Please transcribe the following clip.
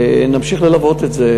נמשיך ללוות את זה,